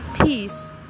peace